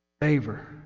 favor